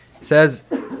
says